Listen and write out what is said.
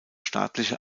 staatliche